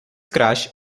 crash